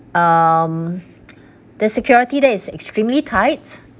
um the security there is extremely tight